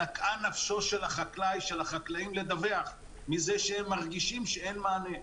נקעה נפשם של החקלאים לדווח מזה שהם מרגישים שאין מענה.